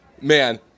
man